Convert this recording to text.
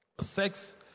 Sex